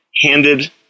handed